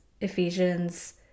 Ephesians